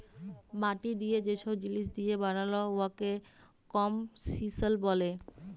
মাটি যে ছব জিলিস দিঁয়ে বালাল উয়াকে কম্পসিশল ব্যলে